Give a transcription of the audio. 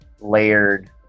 layered